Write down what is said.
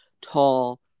tall